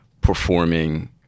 performing